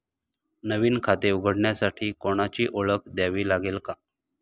नवीन खाते उघडण्यासाठी कोणाची ओळख द्यावी लागेल का?